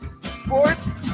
sports